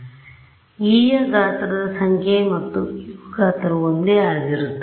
ಆದ್ದರಿಂದ E ಯ ಗಾತ್ರದ ಸಂಖ್ಯೆ ಮತ್ತು u ಗಾತ್ರವು ಒಂದೇ ಆಗಿರುತ್ತದೆ